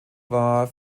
war